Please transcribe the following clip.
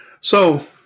So-